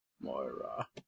Moira